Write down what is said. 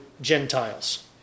Gentiles